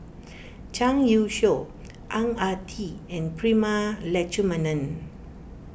Zhang Youshuo Ang Ah Tee and Prema Letchumanan